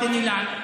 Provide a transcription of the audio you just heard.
אז תן לי להמשיך.